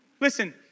Listen